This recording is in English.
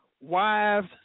wives